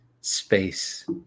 space